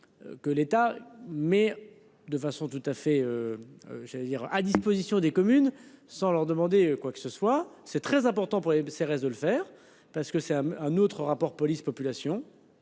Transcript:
Que l'État mais de façon tout à fait. J'allais dire à disposition des communes sans leur demander quoi que ce soit, c'est très important pour ces restes de le faire parce que c'est un, un autre rapport police-population